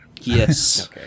Yes